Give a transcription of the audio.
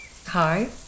hi